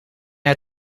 uit